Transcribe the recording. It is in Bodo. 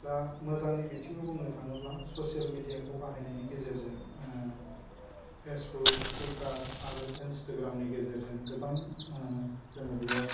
दा मोजांनि बिथङाव बुंनो थाङोब्ला ससियेल मेडियाखौ बाहायनायनि गेजेरजों फेसबुक टुइटार आरो इन्सटाग्रामनि गेजेरजों गोबां जोङो बेयाव